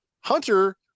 Hunter